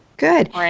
Good